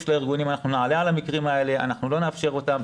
עם הארגונים נעלה על המקרים האלה ולא נאפשר אותם.